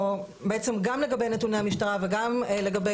או בעצם גם לגבי נתוני המשטרה וגם לגבי